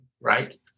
right